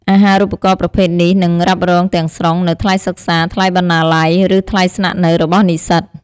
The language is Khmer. អាហារូបករណ៍ប្រភេទនេះនឹង រ៉ាប់រងទាំងស្រុង នូវ ថ្លៃសិក្សា ថ្លៃបណ្ណាល័យ ឬ ថ្លៃស្នាក់នៅ របស់និស្សិត។